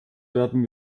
werden